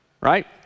Right